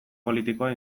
politikoa